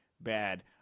bad